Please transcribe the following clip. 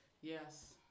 yes